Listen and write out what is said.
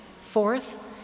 Fourth